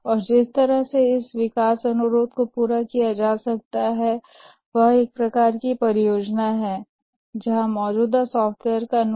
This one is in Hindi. और जिस तरह से इस विकास अनुरोध को पूरा किया जा सकता है वह एक प्रकार की सेवा परियोजना है जहां यह मौजूदा सॉफ्टवेयर का कस्टमाइजेशन है